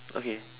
okay